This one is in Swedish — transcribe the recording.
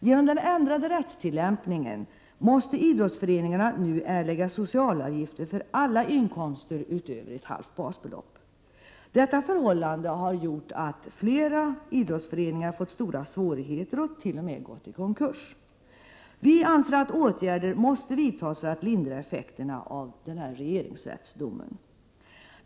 Genom den ändrade rättstillämpningen måste idrottsföreningarna nu erlägga socialavgifter för alla inkomster utöver ett halvt basbelopp. Detta förhållande har gjort att flera idrottsföreningar har fått stora svårigheter och t.o.m. gått i konkurs. Vi anser att åtgärder måste vidtas för att lindra effekterna av regeringsrättsdomen.